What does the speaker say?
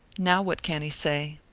now what can he say?